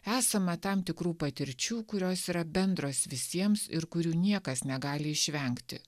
esama tam tikrų patirčių kurios yra bendros visiems ir kurių niekas negali išvengti